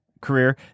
career